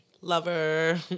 lover